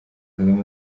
kagame